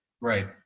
Right